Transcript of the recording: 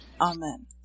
Amen